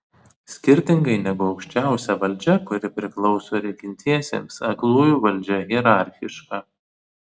skirtingai negu aukščiausia valdžia kuri priklauso regintiesiems aklųjų valdžia hierarchiška